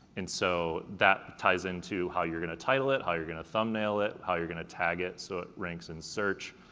and so that ties into how you're gonna title it, how you're gonna thumbnail it, how you're gonna tag it so it ranks in search.